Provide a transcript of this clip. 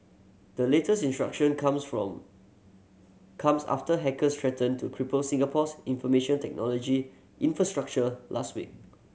the latest introduction comes from comes after hackers threatened to cripple Singapore's information technology infrastructure last week